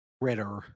Ritter